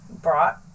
brought